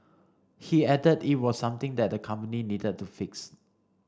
he added it was something that the company needed to fix